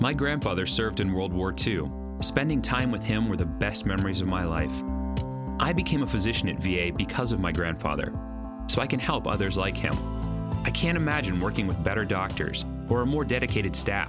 my grandfather served in world war two spending time with him were the best memories of my life i became a physician in v a because of my grandfather so i can help others like him i can't imagine working with better doctors or more dedicated staff